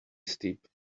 steep